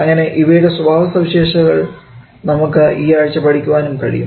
അങ്ങനെ ഇവയുടെ സ്വഭാവസവിശേഷതകൾ നമുക്ക് ഈ ആഴ്ച പഠിക്കുവാനും കഴിയും